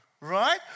right